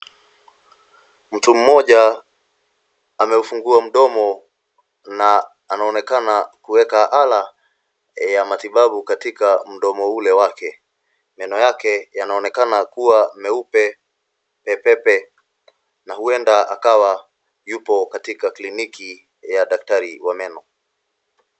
Mtu moja ameufungua mdomo na anaonekana kuweka ala ya matibabu katika mdomo ule wake. Meno yake yanaonekana kuwa meupe pepepe na huenda akawa yupo katika kliniki ya daktari wa meno.